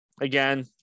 Again